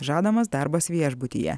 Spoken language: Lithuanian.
žadamas darbas viešbutyje